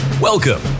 Welcome